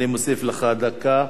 אני מוסיף לך דקה,